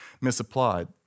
misapplied